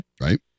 Right